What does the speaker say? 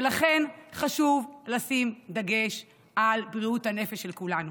לכן חשוב לשים דגש על בריאות הנפש של כולנו.